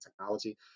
technology